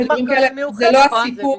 ודברים כאלה זה לא הסיפור.